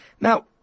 Now